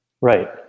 Right